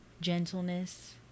gentleness